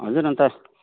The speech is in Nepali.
हजुर अनि त